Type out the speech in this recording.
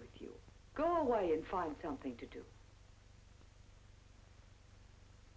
with you go away and find something to do